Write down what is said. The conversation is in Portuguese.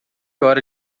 hora